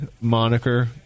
moniker